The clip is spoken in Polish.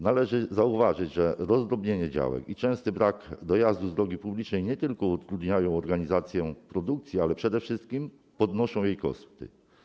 Należy zauważyć, że rozdrobnienie działek i częsty brak możliwości dojazdu drogą publiczną nie tylko utrudniają organizację produkcji, ale przede wszystkim podnoszą jej koszty.